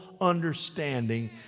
understanding